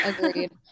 Agreed